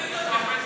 זה ייקח הרבה זמן.